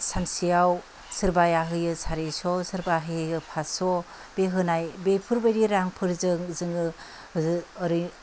सानसेयाव सोरबाया होयो सारिस' सोरबा होयो पासस' बे होनाय बेफोरबायदि रांफोरजों जोङो ओरै